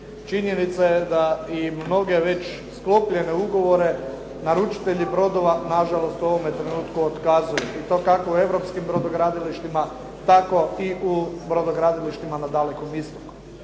Činjenica je da i mnoge već sklopljene ugovore naručitelji brodova, na žalost u ovome trenutku otkazuju i to kako u europskim brodogradilištima, tako i u brodogradilištima na Dalekom istoku.